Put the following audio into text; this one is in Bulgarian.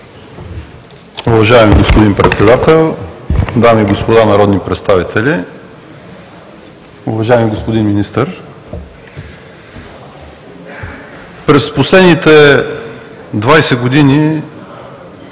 Уважаеми господин Председател, дами и господа народни представители, уважаеми господин Министър! През последните 20 години